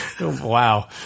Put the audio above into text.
Wow